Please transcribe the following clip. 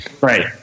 right